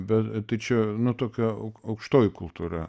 bet tai čia nu tokia aukštoji kultūra